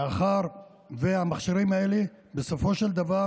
מאחר שהמכשירים האלה בסופו של דבר